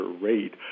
rate